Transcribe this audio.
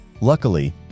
Luckily